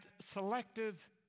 selective